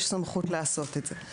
יש סמכות לעשות את זה.